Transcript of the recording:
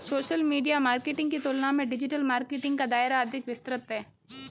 social media marketing की तुलना में डिजिटल मार्केटिंग का दायरा अधिक विस्तृत है